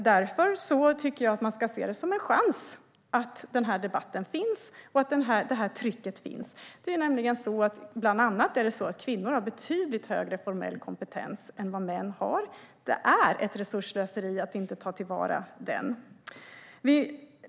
Därför ska den här debatten och det här trycket ses som en chans. Bland annat har kvinnor betydligt högre formell kompetens än vad män har. Det är ett resursslöseri att inte ta till vara den kompetensen.